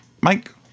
Mike